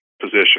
position